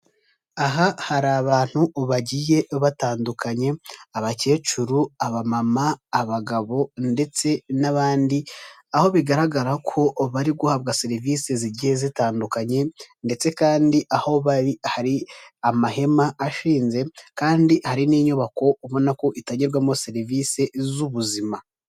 Aha hari abantu bagiye batandukanye, abakecuru, abamama, abagabo ndetse n'abandi aho bigaragara ko bari guhabwa serivise zigiye zitandukanye ndetse kandi aho bari, hari amahema ashinze kandi hari n'inyubako ubona ko itagirwarwamo serivise z'ubuzima.